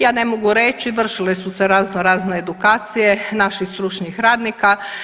Ja ne mogu reći, vršile su se razno razne edukacije naših stručnih radnika.